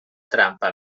trampa